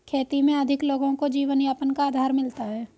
खेती में अधिक लोगों को जीवनयापन का आधार मिलता है